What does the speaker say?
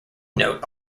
note